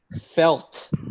Felt